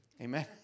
Amen